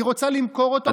היא רוצה למכור אותו,